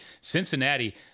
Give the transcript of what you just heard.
Cincinnati